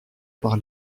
par